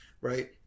right